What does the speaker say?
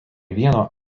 vieno